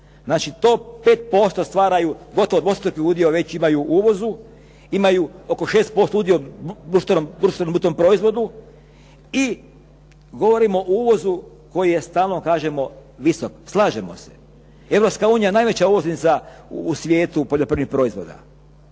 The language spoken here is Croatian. Znači, to 5% stvaraju gotovo dvostruki udio već imaju u uvozu. Imaju oko 6% udio u bruto društvenom proizvodu i govorimo o uvozu koji je stalno kažemo visok. Slažemo se. Europska unija je najveća uvoznica u svijetu poljoprivrednih proizvoda.